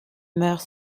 meure